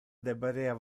deberea